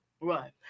right